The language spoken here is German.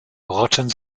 rotten